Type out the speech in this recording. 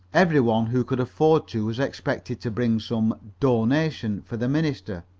every one who could afford to was expected to bring some donation for the minister.